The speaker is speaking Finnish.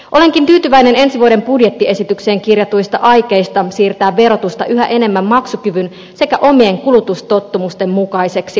olenkin tyytyväinen ensi vuoden budjettiesitykseen kirjatuista aikeista siirtää verotusta yhä enemmän maksukyvyn sekä omien kulutustottumusten mukaiseksi